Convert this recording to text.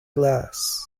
class